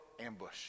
ambush